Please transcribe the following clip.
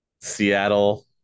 Seattle